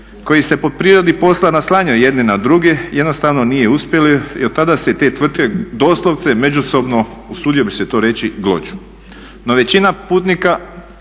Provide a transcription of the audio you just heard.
koji se po prirodi posla naslanjaju jedni na druge jednostavno nije uspjelo i od tada se te tvrtke doslovce međusobno usudio bih se to reći glođu. No, većina putnika